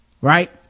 right